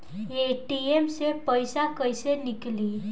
ATM से पैसा कैसे नीकली?